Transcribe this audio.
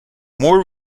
more